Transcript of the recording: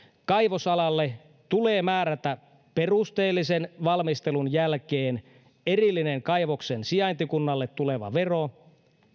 kaivosalalle tulee määrätä perusteellisen valmistelun jälkeen erillinen kaivoksen sijaintikunnalle tuleva vero